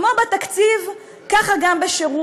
כמו בתקציב, ככה גם בשירות.